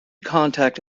contact